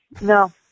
no